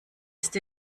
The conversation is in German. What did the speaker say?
ist